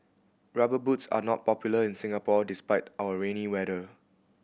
Rubber Boots are not popular in Singapore despite our rainy weather